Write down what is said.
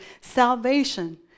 salvation